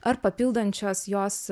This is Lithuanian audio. ar papildančios jos